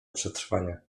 przetrwania